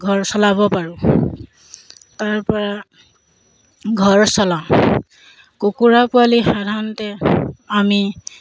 ঘৰ চলাব পাৰোঁ তাৰপৰা ঘৰ চলাওঁ কুকুৰা পোৱালি সাধাৰণতে আমি